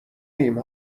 ایم